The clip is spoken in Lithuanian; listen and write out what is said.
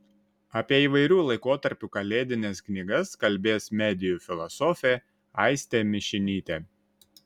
apie įvairių laikotarpių kalėdines knygas kalbės medijų filosofė aistė mišinytė